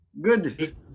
Good